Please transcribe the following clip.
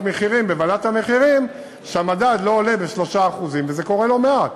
מחירים בוועדת המחירים כשהמדד לא עולה ב-3% וזה קורה לא מעט.